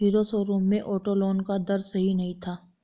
hero showroom में auto loan का दर सही नहीं था